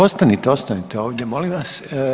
Ostanite, ostanite ovdje molim vas.